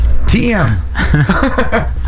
TM